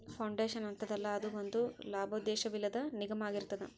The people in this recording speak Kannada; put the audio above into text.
ಫೌಂಡೇಶನ್ ಅಂತದಲ್ಲಾ, ಅದು ಒಂದ ಲಾಭೋದ್ದೇಶವಿಲ್ಲದ್ ನಿಗಮಾಅಗಿರ್ತದ